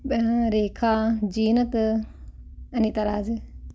Rekha Zeenat Anita Raj